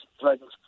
threatens